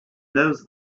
those